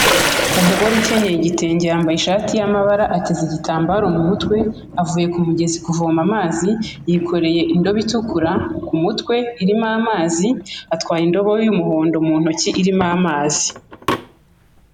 Umugore ukenyeye igitenge yambaye ishati y'amabara, ateze igitambaro mu mutwe, avuye ku mugezi kuvoma amazi, yikoreye indobo itukura ku mutwe irimo amazi, atwaye indobo y'umuhondo mu ntoki irimo amazi.